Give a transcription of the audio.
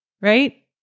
right